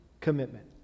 commitment